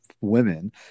women